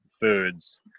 foods